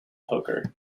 poker